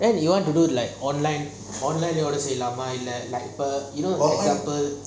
then we want to do like online online வந்து செய்யலாமா இல்லனா:vanthu seiyalama illana you know like for example